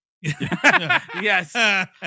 Yes